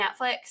Netflix